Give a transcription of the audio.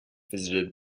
visited